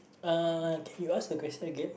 uh can you ask the question again